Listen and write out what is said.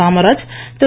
Kamaraj Thiru